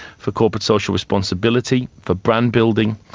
for corporate social responsibility, for brand building,